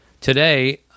Today